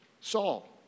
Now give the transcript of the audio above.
Saul